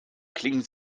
klingen